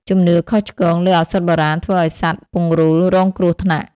ជំនឿខុសឆ្គងលើឱសថបុរាណធ្វើឱ្យសត្វ ពង្រូល រងគ្រោះថ្នាក់។